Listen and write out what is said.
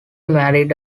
married